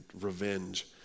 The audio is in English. revenge